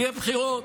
יהיו בחירות.